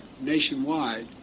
nationwide